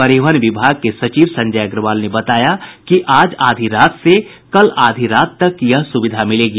परिवहन विभाग के सचिव संजय अग्रवाल ने बताया कि आज आधी रात से कल आधी रात तक यह सुविधा मिलेगी